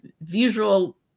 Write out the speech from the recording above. visual